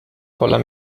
voller